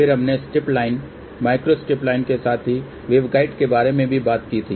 फिर हमने strip line microstrip line के साथ ही वेवगाइड के बारे में भी बात की थी